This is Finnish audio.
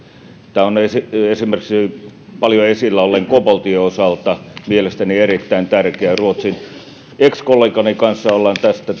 tämä on esimerkiksi paljon esillä olleen koboltin osalta mielestäni erittäin tärkeä ruotsin ex kollegani kanssa olemme tästä